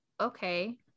okay